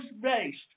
based